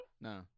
No